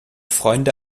freunde